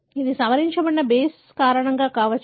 ఇది సవరించిన బేస్ కారణంగా కావచ్చు